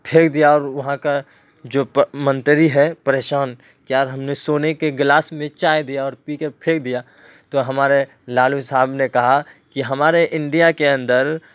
پھینک دیا اور وہاں کا جو منتری ہے پریشان کہ یار ہم نے سونے کے گلاس میں چائے دیا اور پی کر پھینک دیا تو ہمارے لالو صاحب نے کہا کہ ہمارے انڈیا کے اندر